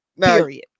period